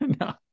No